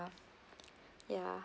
ya